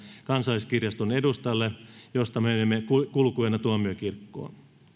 kansalliskirjaston edustalle josta menemme kulkueena tuomiokirkkoon